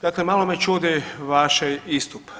Dakle malo me čudi vaš istup.